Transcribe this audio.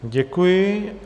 Děkuji.